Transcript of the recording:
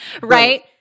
Right